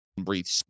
breathe